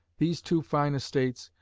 these two fine estates,